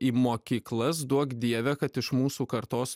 į mokyklas duok dieve kad iš mūsų kartos